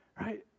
right